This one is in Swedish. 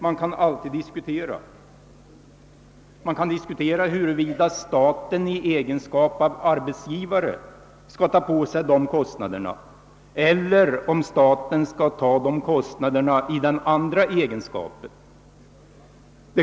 Man kan naturligtvis alltid diskutera huruvida staten skall ta på sig kostnaderna för denna i egenskap av arbetsgivare eller i annan egenskap.